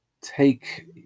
take